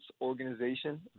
organization